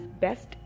best